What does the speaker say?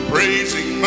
Praising